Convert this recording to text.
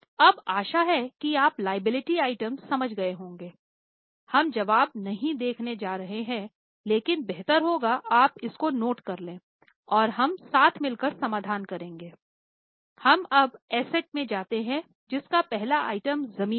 अब आशा है कि आप लायबिलिटी है